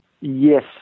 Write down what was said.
Yes